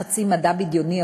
חצי מדע בדיוני,